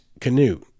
canoe